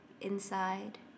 inside